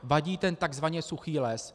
Vadí ten tzv. suchý les.